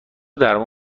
درمون